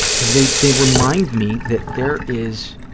because they they remind me that there is,